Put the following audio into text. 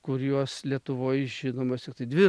kuriuos lietuvoj žinomos tiktai dvi